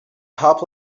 top